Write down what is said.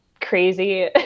crazy